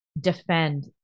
defend